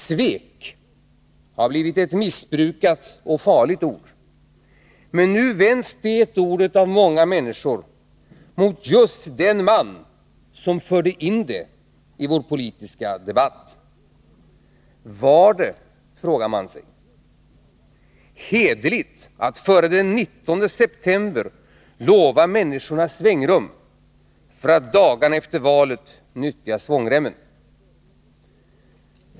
Svek har blivit ett missbrukat och farligt ord, men nu vänds det av många människor mot just den man som förde in detta ord i vår politiska debatt. Var det — frågar man sig — hederligt att före den 19 september lova människorna svängrum, för att dagarna efter valet nyttja svångremmen?